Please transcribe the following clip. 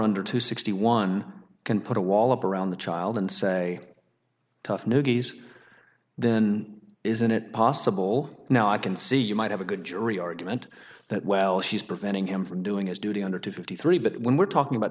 under two sixty one can put a wall around the child and say tough new gays then isn't it possible now i can see you might have a good jury argument that well she's preventing him from doing his duty under to fifty three but when we're talking about